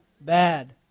Bad